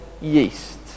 yeast